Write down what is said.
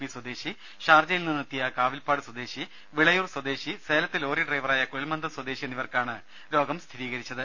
P സ്വദേശി ഷാർജയിൽ നിന്നെത്തിയ കാവിൽപ്പാട് സ്വദേശി വിളയൂർ സ്വദേശി സേലത്ത് ലോറി ഡ്രൈവറായ കുഴൽമന്ദം സ്വദേശി എന്നിവർക്കാണ് രോഗം സ്ഥിരീകരിച്ചത്